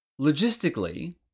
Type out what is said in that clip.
logistically